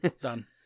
Done